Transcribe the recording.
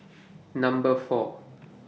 Number four